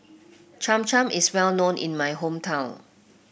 Cham Cham is well known in my hometown